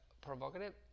provocative